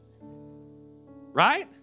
Right